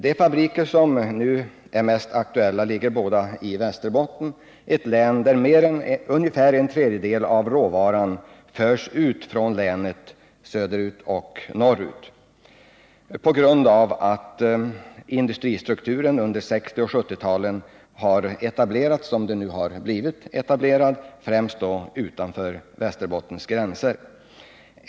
De fabriker som nu är mest aktuella ligger båda i Västerbotten, ett län där ungefär en tredjedel av råvaran förs ut från länet, söderut och norrut. Det sker på grund av den industristruktur som har etablerats under 1960 och 1970 talen, främst utanför Västerbottens gränser.